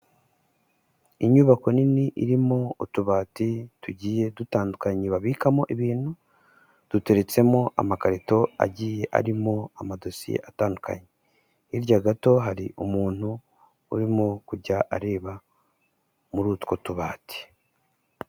Inyubako nini irimo utubati tugiye dutandukanye babikamo ibintu duteretsemo amakarito agiye arimo amadosiye atandukanye, hirya gato hari umuntu urimo kujya areba muri utwo tubati.